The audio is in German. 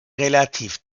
relativ